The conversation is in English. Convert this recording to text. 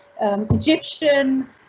Egyptian